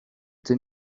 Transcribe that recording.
they